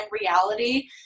reality